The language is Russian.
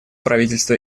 правительство